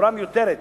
ולכאורה מיותרת.